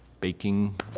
baking